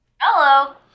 Hello